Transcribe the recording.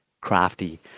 crafty